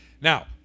Now